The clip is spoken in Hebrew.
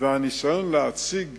והניסיון להציג